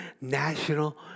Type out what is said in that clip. National